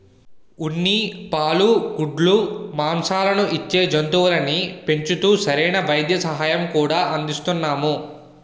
ఉన్ని, పాలు, గుడ్లు, మాంససాలను ఇచ్చే జంతువుల్ని పెంచుతూ సరైన వైద్య సహాయం కూడా అందిస్తున్నాము